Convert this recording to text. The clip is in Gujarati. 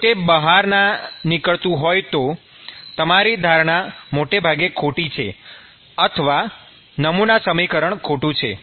જો તે બહાર ના નીકળતું હોય તો તમારી ધારણા મોટાભાગે ખોટી છે અથવા નમૂના સમીકરણ ખોટું છે